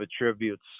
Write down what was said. attributes